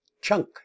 Chunk